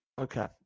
Okay